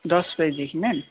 दस बजीदेखि म्याम